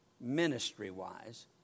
ministry-wise